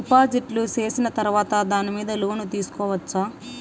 డిపాజిట్లు సేసిన తర్వాత దాని మీద లోను తీసుకోవచ్చా?